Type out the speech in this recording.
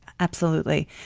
absolutely.